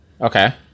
Okay